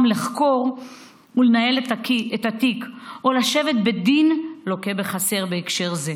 לחקור ולנהל את התיק או לשבת בדין לוקה בחסר בהקשר הזה,